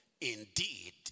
Indeed